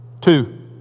Two